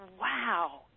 wow